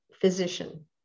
physician